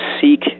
Seek